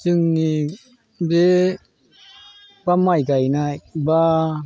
जोंनि बे माइ गायनाय एबा